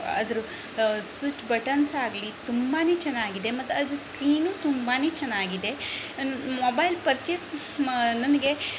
ಅದ್ರ ಸ್ವಿಚ್ ಬಟನ್ಸಾಗಲಿ ತುಂಬಾ ಚೆನ್ನಾಗಿದೆ ಮತ್ತು ಅದು ಸ್ಕ್ರೀನು ತುಂಬಾ ಚೆನ್ನಾಗಿದೆ ಮೊಬೈಲ್ ಪರ್ಚೇಸ್ ಮ ನನಗೆ